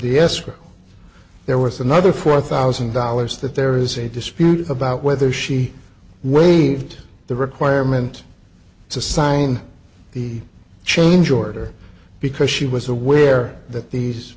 escrow there was another four thousand dollars that there is a dispute about whether she waived the requirement to sign the change order because she was aware that these